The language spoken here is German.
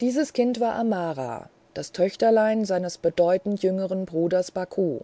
dies kind war amara das töchterlein seines bedeutend jüngeren bruders baku